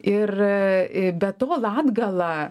ir be to latgala